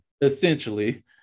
essentially